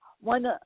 one